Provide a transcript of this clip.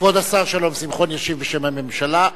כבוד השר שלום שמחון ישיב בשם הממשלה.